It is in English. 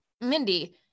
Mindy